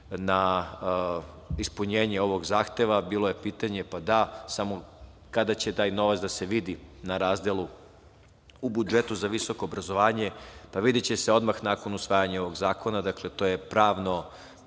na ispunjenje ovog zahteva bilo je pitanje - pa da, samo kada će taj novac da se vidi na razdelu u budžetu za visoko obrazovanje? Videće se odmah nakon usvajanja ovog zakona, dakle, to je pravni